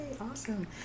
awesome